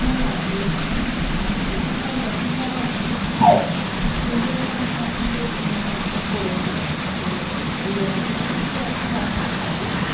হ্যাঁ বলছি দিদি আমার না একটা লেহেঙ্গা বানানোর ছিল সেই জন্য আমি আপনাকে ফোন করেছিলাম তো লেহেঙ্গা কি আপনি বানাতে পারবেন